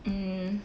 mm